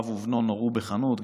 אב ובנו נורו בחנות,